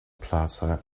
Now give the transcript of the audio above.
plaza